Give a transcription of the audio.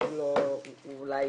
אולי